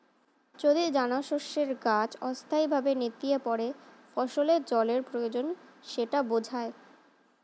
যদি দানাশস্যের গাছ অস্থায়ীভাবে নেতিয়ে পড়ে ফসলের জলের প্রয়োজন সেটা বোঝায়